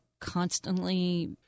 constantly